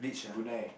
Brunei